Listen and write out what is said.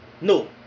no